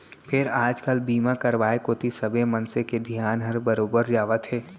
फेर आज काल बीमा करवाय कोती सबे मनसे के धियान हर बरोबर जावत हे